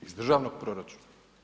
Iz državnog proračuna.